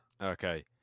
okay